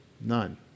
None